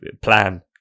plan